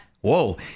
Whoa